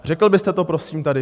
Řekl byste to, prosím, tady?